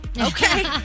Okay